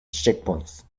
checkpoints